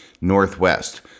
Northwest